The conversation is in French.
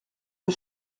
peu